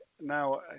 now